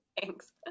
Thanks